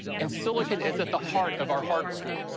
and silicon is at the heart of our hardware.